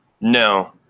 no